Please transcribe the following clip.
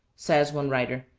says one writer,